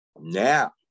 Now